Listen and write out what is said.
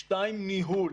שתיים, ניהול.